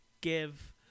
give